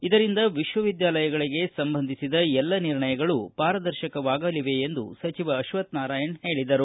ಇದರಿಂದ ವಿಶ್ವವಿದ್ಯಾಲಯಗಳಿಗೆ ಸಂಬಂಧಿಸಿದ ಎಲ್ಲ ನಿರ್ಣಯಗಳು ಪಾರದರ್ಶಕವಾಗಲಿವೆ ಎಂದು ಅಶ್ವಕ್ಷ ನಾರಾಯಣ ಹೇಳಿದರು